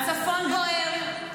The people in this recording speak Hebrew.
הצפון בוער,